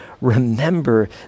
remember